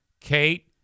Kate